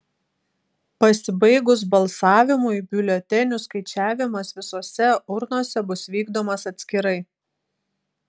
pasibaigus balsavimui biuletenių skaičiavimas visose urnose bus vykdomas atskirai